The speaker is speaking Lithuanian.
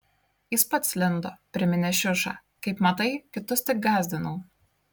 jis pats lindo priminė šiuša kaip matai kitus tik gąsdinau